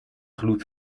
gloed